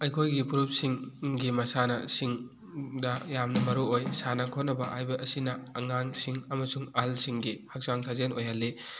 ꯑꯩꯈꯣꯏꯒꯤ ꯐꯨꯔꯨꯞꯁꯤꯡꯒꯤ ꯃꯁꯥꯗ ꯁꯤꯡꯗ ꯌꯥꯝꯅ ꯃꯔꯨꯑꯣꯏ ꯁꯥꯟꯅ ꯈꯣꯠꯅ ꯍꯥꯏꯕ ꯑꯁꯤꯅ ꯑꯉꯥꯡꯁꯤꯡ ꯑꯃꯁꯨꯡ ꯑꯍꯜꯁꯤꯡꯒꯤ ꯍꯛꯆꯥꯡ ꯁꯥꯖꯦꯜ ꯑꯣꯏꯍꯜꯂꯤ